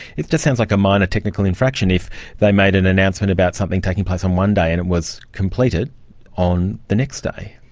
it just sounds like a minor technical infraction if they made an announcement about something taking place on one day and it was completed on the next day.